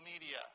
media